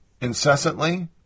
incessantly